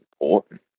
important